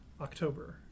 October